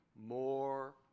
More